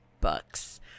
bucks